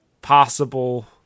possible